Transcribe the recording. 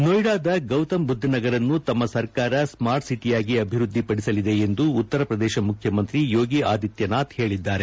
ನೊಯ್ಲಾದ ಗೌತಮ್ ಬುದ್ಧನಗರ್ವನ್ನು ತಮ್ಮ ಸರ್ಕಾರ ಸ್ಮಾರ್ಟ್ಸಿಟಿಯಾಗಿ ಅಭಿವೃದ್ದಿ ಪಡಿಸಲಿದೆ ಎಂದು ಉತ್ತರ ಪ್ರದೇಶ ಮುಖ್ಯಮಂತ್ರಿ ಯೋಗಿಆದಿತ್ಯನಾಥ್ ಹೇಳಿದ್ದಾರೆ